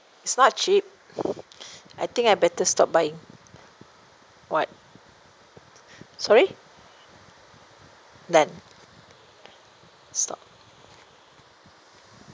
it's not cheap I think I better stop buying what sorry done stop